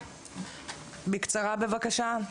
בבקשה.